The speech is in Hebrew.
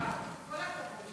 כל הכבוד.